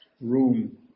room